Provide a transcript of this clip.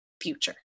future